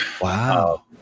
Wow